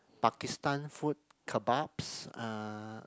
Pakistan food kebabs uh